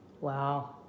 Wow